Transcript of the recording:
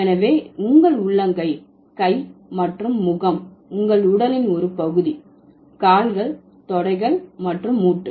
எனவே உங்கள் உள்ளங்கை கை மற்றும் முகம் உங்கள் உடலின் ஒரு பகுதி கால்கள் தொடைகள் மற்றும் மூட்டு